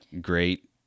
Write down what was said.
great